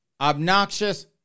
obnoxious